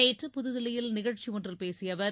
நேற்று புதுதில்லியில் நிகழ்ச்சியொன்றில் பேசிய அவர்